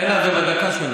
תן לה, זה בזמן שלה.